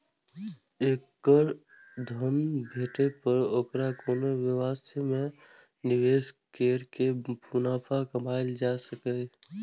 एखन धन भेटै पर ओकरा कोनो व्यवसाय मे निवेश कैर के मुनाफा कमाएल जा सकैए